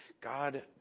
God